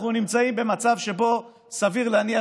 אנחנו נמצאים במצב שבו סביר להניח,